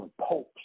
popes